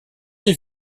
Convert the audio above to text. des